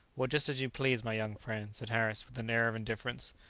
well, just as you please, my young friend, said harris, with an air of indifference.